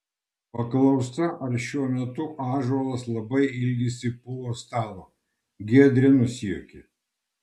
paklausta ar šiuo metu ąžuolas labai ilgisi pulo stalo giedrė nusijuokė